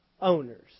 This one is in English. owners